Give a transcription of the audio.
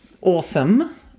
awesome